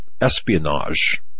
espionage